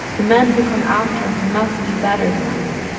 the men who come after us must be better than us.